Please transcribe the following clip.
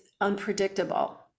unpredictable